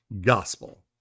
gospel